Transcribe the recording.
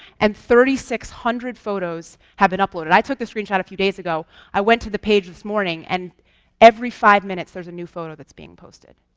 and thirty six thousand photos have been uploaded. i took this screen shot a few days ago i went to the page this morning, and every five minutes, there's a new photo that's being posted.